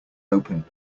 open